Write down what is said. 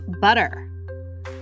butter